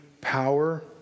power